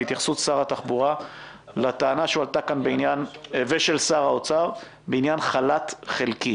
שר התחבורה ושר האוצר לטענה שהועלתה כאן בעניין חל"ת חלקי.